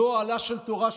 לא אוהלה של תורה,